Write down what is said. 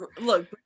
look